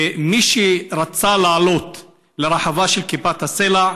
ומי שרצה לעלות לרחבה של כיפת הסלע,